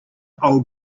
old